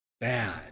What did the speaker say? bad